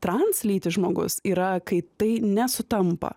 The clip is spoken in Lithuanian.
translytis žmogus yra kai tai nesutampa